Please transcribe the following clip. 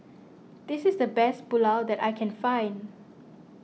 this is the best Pulao that I can find